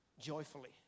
joyfully